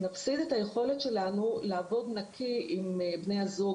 נפסיד את היכולת שלנו לעבוד נקי עם בני הזוג,